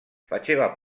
faceva